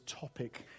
topic